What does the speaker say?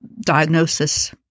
diagnosis